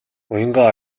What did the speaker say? уянгаа